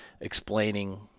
explaining